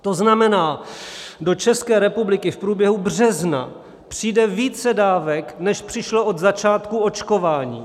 To znamená, do České republiky v průběhu března přijde více dávek, než přišlo od začátku očkování.